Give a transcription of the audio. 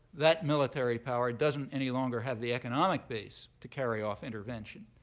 that military power doesn't any longer have the economic base to carry off intervention.